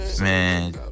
man